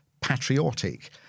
patriotic